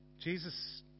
Jesus